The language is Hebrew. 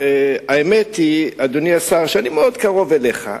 האמת היא, אדוני השר, שאני מאוד קרוב אליך.